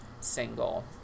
single